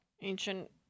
ancient